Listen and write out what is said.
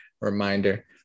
Reminder